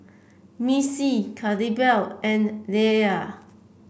Missy Claribel and Leila